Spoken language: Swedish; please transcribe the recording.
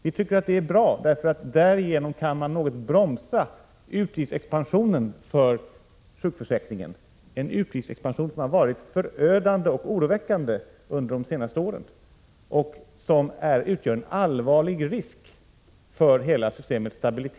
Vi tycker att det är bra därför att man därigenom kan något bromsa utgiftsexpansionen för sjukförsäkringen, en utgiftsexpansion som har varit förödande och oroväckande under de senaste åren och som utgör en allvarlig risk för hela systemets stabilitet.